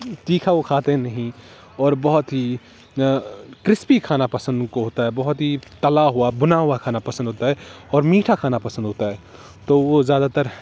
تیکھا وہ کھاتے نہیں اور بہت ہی کرسپی کھانا پسند ان کو ہوتا ہے بہت ہی تلا ہوا بھنا ہوا کھانا پسند ہوتا ہے اور میٹھا کھانا پسند ہوتا ہے تو وہ زیادہ تر